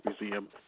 museum